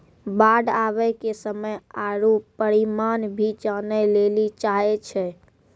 बाढ़ आवे के समय आरु परिमाण भी जाने लेली चाहेय छैय?